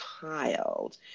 child